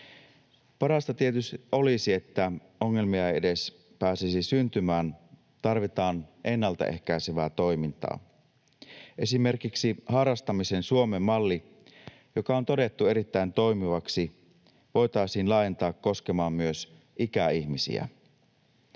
Parasta tietysti olisi, että ongelmia ei edes pääsisi syntymään. Tarvitaan ennaltaehkäisevää toimintaa. Esimerkiksi harrastamisen Suomen malli, joka on todettu erittäin toimivaksi, voitaisiin laajentaa koskemaan myös ikäihmisiä.